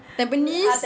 tampines